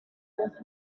was